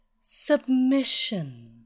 submission